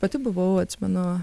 pati buvau atsimenu